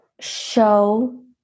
show